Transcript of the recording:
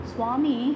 Swami